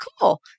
cool